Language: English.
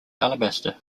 alabaster